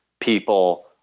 people